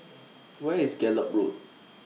Where IS Gallop Road